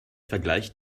vergleicht